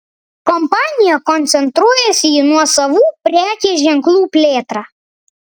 kompanija koncentruojasi į nuosavų prekės ženklų plėtrą